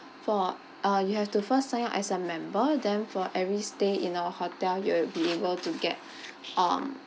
for ah you have to first sign up as a member then for every stay in our hotel you would be able to get on